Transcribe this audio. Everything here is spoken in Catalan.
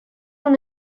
una